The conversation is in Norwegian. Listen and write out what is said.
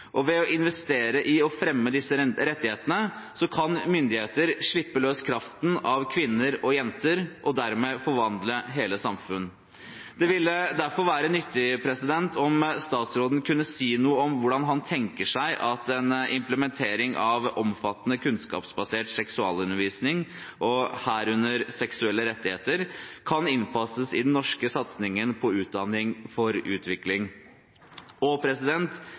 og ved å investere i å fremme disse rettighetene kan myndigheter slippe løs kraften av kvinner og jenter og dermed forvandle hele samfunn. Det ville derfor være nyttig om statsråden kunne si noe om hvordan han tenker seg at en implementering av omfattende kunnskapsbasert seksualundervisning, og herunder seksuelle rettigheter, kan innpasses i den norske satsingen på utdanning for utvikling, og